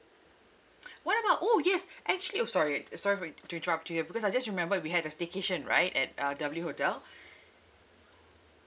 what about orh yes actually orh sorry sorry for inter~ to interrupt you here because I just remembered we had a staycation right at uh W hotel